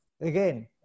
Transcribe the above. again